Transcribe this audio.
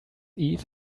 eve